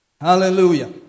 Hallelujah